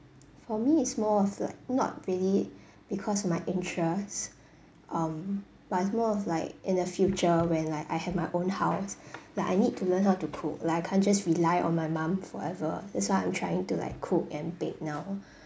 for me it's more of like not really because of my interest um but is more of like in the future when like I have my own house like I need to learn how to cook like I can't just rely on my mum forever that's why I'm trying to like cook and bake now